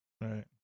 right